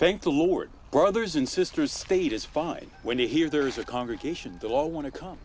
thank the lord brothers and sisters state is fine when you hear there is a congregation do all want to come